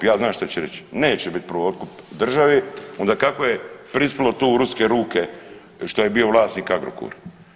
Ja znam šta će reći, neće biti prvootkup države onda kako je prispilo to u ruske ruke što je bio vlasnik Agrokor.